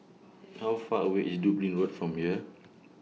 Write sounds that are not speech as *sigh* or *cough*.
*noise* How Far away IS Dublin Road from here